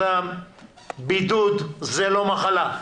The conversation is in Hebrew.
בידוד זה לא מחלה.